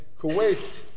Kuwait